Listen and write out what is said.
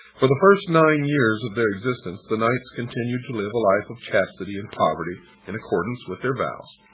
for the first nine years of their existence, the knights continued to live a life of chastity and poverty in accordance with their vows.